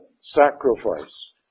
sacrifice